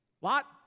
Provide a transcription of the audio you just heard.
lot